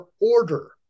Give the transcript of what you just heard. order